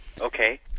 Okay